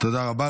תודה רבה.